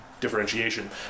differentiation